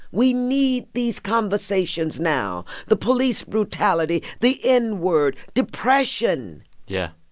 we need these conversations now. the police brutality, the n word, depression yeah.